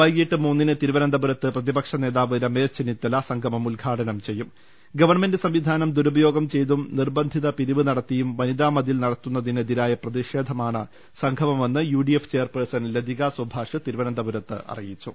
വൈകീട്ട് മൂന്നിന് തിരുവനന്തപുരത്ത് പ്രതിപക്ഷ നേതാവ് രമേശ് ചെന്നിത്തല സംഗമം ഉദ്ഘാടനം ചെയ്യും ഗവൺമന്റ് സംവിധാനം ദുരുപയോഗം ചെയ്തും നിർബന്ധിത പിരിവ് നടത്തിയും വനിതാ മതിൽ നടത്തുന്നതിന് എതിരായ പ്രതിഷേധമാണ് സംഗമമെന്ന് യുഡിഎഫ് ചെയപേർസൺ ലതികാ സൂഭാഷ് തിരുവനന്തപുരത്ത് പറഞ്ഞു